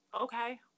okay